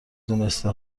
دونسته